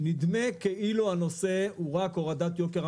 אז אני אומר פעם נוספת שפערי התיווך נבדקו כבר שלוש פעמים,